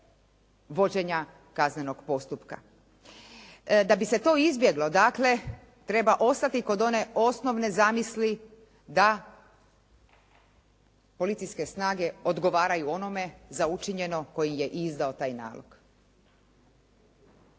vođenja kaznenog postupka. Da bi se to izbjeglo dakle treba ostati kod one osnovne zamisli da policijske snage odgovaraju onome za učinjeno koji je izdao taj nalog.